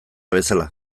bezala